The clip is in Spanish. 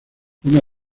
una